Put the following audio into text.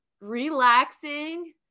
relaxing